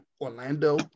Orlando